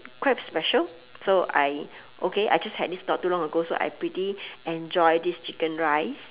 quite special so I okay I just had this not too long ago so I pretty enjoy this chicken rice